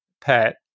pet